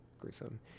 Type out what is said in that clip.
gruesome